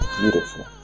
beautiful